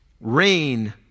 rain